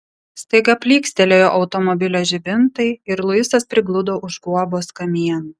staiga plykstelėjo automobilio žibintai ir luisas prigludo už guobos kamieno